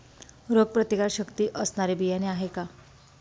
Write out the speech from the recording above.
रोगप्रतिकारशक्ती असणारी बियाणे आहे का?